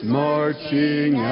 marching